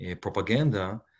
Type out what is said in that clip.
propaganda